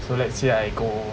so let's say I go